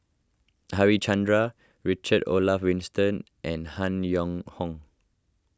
Harichandra Richard Olaf Winstedt and Han Yong Hong